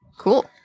Cool